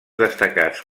destacats